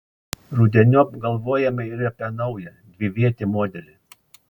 rudeniop galvojama ir apie naują dvivietį modelį